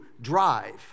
drive